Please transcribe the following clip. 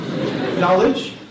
knowledge